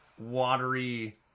watery